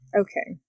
Okay